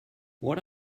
what